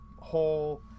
whole